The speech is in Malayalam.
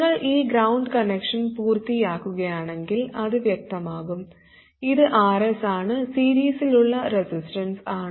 നിങ്ങൾ ഈ ഗ്രൌണ്ട് കണക്ഷൻ പൂർത്തിയാക്കുകയാണെങ്കിൽ അത് വ്യക്തമാകും ഇത് Rs ആണ് സീരീസിലുള്ള റെസിസ്റ്റൻസ് ആണ്